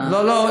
לא לא,